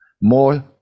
more